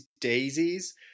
daisies